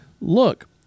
Look